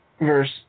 verse